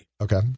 Okay